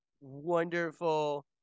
wonderful